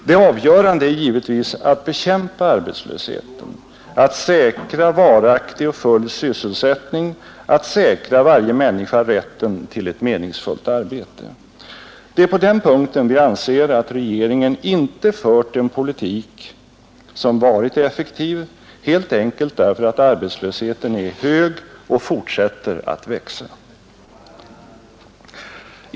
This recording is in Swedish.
Det avgörande är att bekämpa arbetslösheten, att säkra varaktig och full sysselsättning, att säkra för varje människa rätten till ett meningsfullt arbete. Det är på den punkten vi anser att regeringen inte fört en politik som varit effektiv, helt enkelt därför att arbetslösheten är hög och fortsätter att växa.